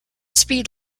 speed